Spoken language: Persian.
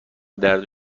درد